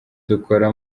dukora